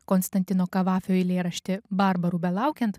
konstantino kavafio eilėraštį barbarų belaukiant